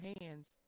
hands